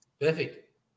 Perfect